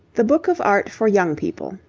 the book of art for young people,